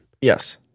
Yes